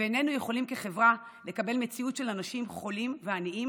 ואיננו יכולים כחברה לקבל מציאות של אנשים חולים ועניים